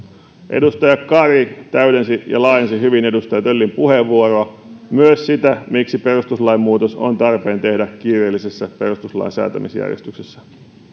edustaja kari täydensi ja laajensi hyvin edustaja töllin puheenvuoroa myös sitä miksi perustuslain muutos on tarpeen tehdä kiireellisessä perustuslain säätämisjärjestyksessä